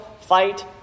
fight